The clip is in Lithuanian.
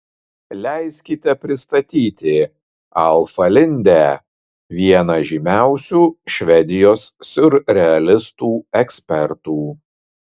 leiskite pristatyti alfą lindę vieną žymiausių švedijos siurrealistų ekspertų